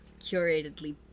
curatedly